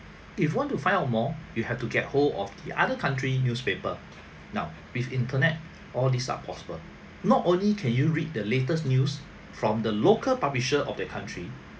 if you want to find out more you have to get hold of the other country newspaper now with internet all these are possible not only can you read the latest news from the local publisher of the country